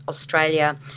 Australia